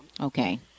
Okay